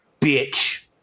Bitch